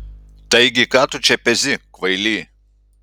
taigi ką tu čia pezi kvaily